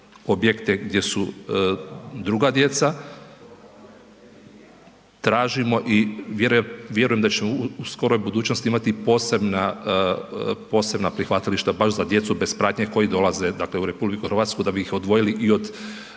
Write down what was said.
objekte gdje su druga djeca. Tražimo i vjerujem da ćemo u skoroj budućnosti ima posebna prihvatilišta baš za djecu bez pratnje koji dolaze u RH da bih ih odvojili od